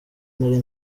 nari